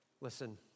listen